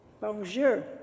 Bonjour